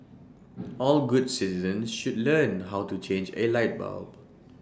all good citizens should learn how to change A light bulb